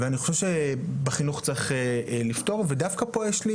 ואני חושב שבחינוך צריך לפתור ודווקא פה יש לי